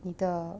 你的